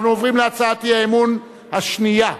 אנחנו עוברים להצעת האי-אמון השנייה,